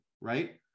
right